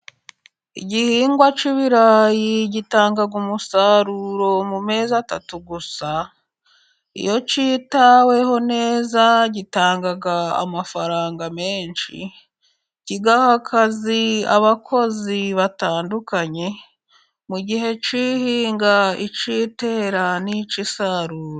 Igihingwa cy'ibirayi gitanga umusaruro mu mezi atatu gusa, iyo cyitaweho neza gitanga amafaranga menshi, kigaha akazi abakozi batandukanye mu gihe cy'ihinga, icy' itera n'icy'isarura.